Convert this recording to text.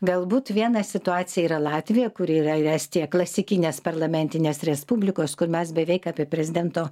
galbūt viena situacija yra latvija kuri yra ir estija klasikinės parlamentinės respublikos mes beveik apie prezidento